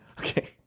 Okay